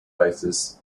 basis